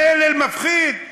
המלל מפחיד.